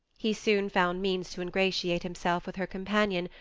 he soon found means to ingratiate himself with her companion,